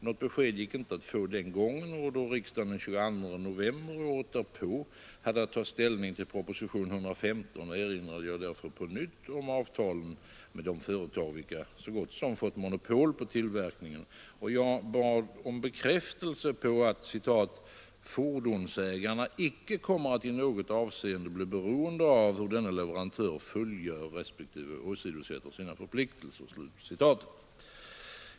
Något besked gick inte att få den gången, och då riksdagen den 22 november året därpå hade att ta ställning till proposition 115, erinrade jag därför på nytt om avtalet med det”företag vilket så gott som fått monopol på tillverkningen, och jag bad om bekräftelse på att ”fordonsägarna inte kommer att i något avseende bli beroende av hur denne leverantör fullgör respektive åsidosätter sina förpliktelser”.